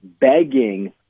begging